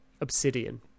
Obsidian